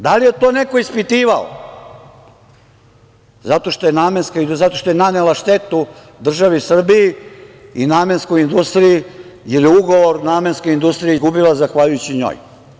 Da li je to neko ispitivao zato što je nanela štetu državi Srbiji i „Namenskoj industriji“, jer je ugovor „Namenska industrija“ izgubila zahvaljujući njoj?